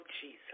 Jesus